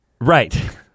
Right